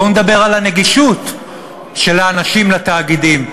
בואו נדבר על הנגישות של התאגידים לאנשים.